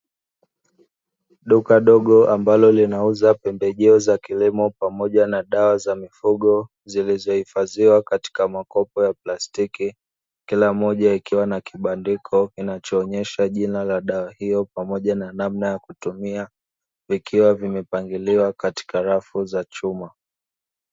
Duka dogo ambalo linauza pembejeo za kilimo, pamoja na dawa za mifugo zilizohifadhiwa katika makopo ya plastiki, kila moja likiwa na kibandiko kinachoonesha jina la dawa hiyo pamoja na namna ya kutumia, vikiwa vimepangiliwa katika rafuu za chuma.